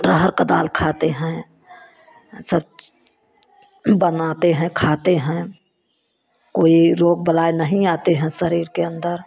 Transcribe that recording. अरहर का दाल खाते हैं सब बनाते हैं खाते हैं कोई रोग बलाएं नहीं आते हैं शरीर के अंदर